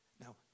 Now